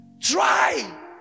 Try